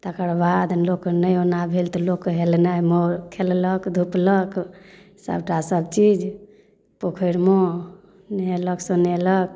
तकर बाद लोक नहि ओना भेल तऽ लोकके हेलनाइमे खेललक धुपलक सभटा सभचीज पोखरिमे नहेलक सोनेलक